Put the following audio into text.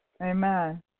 Amen